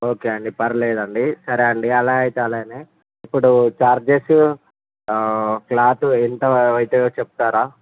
okay అండి పర్వాలేదండి సరే అండి అలా అయితే అలానే ఇప్పుడు చార్జెసు క్లాత్ ఎంత అవుతుందో చెప్తారా